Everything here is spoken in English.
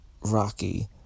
Rocky